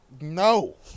No